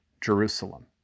Jerusalem